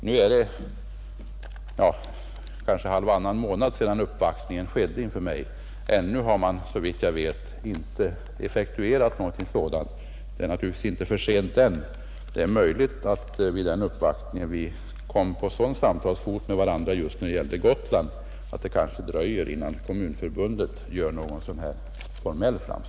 Halvannan månad har gått sedan uppvaktningen hos mig ägde rum, och ännu har man, såvitt jag vet, inte vidtagit någon åtgärd. Det är naturligtvis inte för sent än, men det är möjligt att det dröjer innan Kommunförbundet gör någon formell framställning, eftersom vi kom varandra nära vid uppvaktningen just när det gällde Gotland.